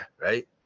right